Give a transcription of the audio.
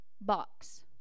box